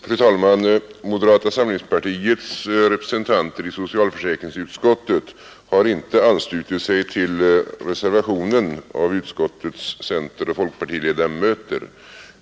Fru talman! Moderata samlingspartiets representanter i socialförsäkringsutskottet har inte anslutit sig till reservationen av utskottets centeroch folkpartiledamöter.